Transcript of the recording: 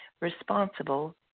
responsible